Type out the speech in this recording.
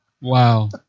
Wow